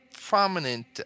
prominent